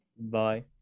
Bye